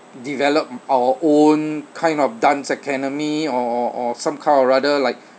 develop our own kind of dance academy or or some kind or rather like